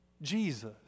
Jesus